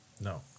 No